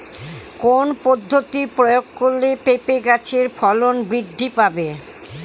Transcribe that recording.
কোন পদ্ধতি প্রয়োগ করলে পেঁপে গাছের ফলন বৃদ্ধি পাবে?